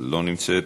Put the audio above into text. לא נמצאת,